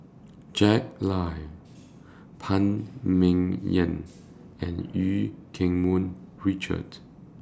Jack Lai Phan Ming Yen and EU Keng Mun Richard